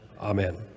Amen